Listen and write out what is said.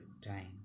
time